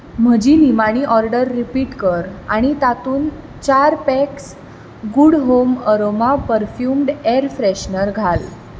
म्हजी निमाणी order repeat कर आनी तातूंत चार packs good home aroma perfumed air freshener घाल